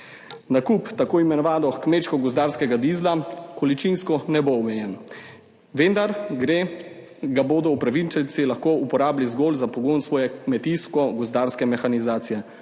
Nakup tako imenovanega kmečko-gozdarskega dizla količinsko ne bo omejen, vendar ga bodo upravičenci lahko uporabili zgolj za pogon svoje kmetijsko-gozdarske mehanizacije,